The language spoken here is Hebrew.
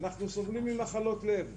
אנחנו סובלים ממחלות לב.